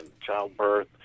childbirth